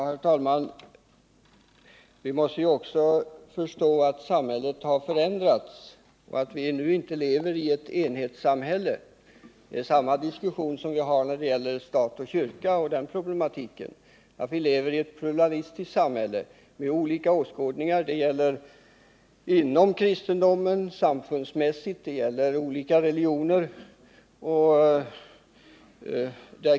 Herr talman! Vi måste också förstå att samhället har förändrats och att vi nu inte lever i enhetssamhälle; vi har samma diskussion när det gäller problematiken stat och kyrka. Vi lever i ett pluralistiskt samhälle med olika åskådningar. Det gäller inom kristendomen samfundsmässigt och det gäller olika religioner.